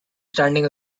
standing